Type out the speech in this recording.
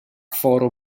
foro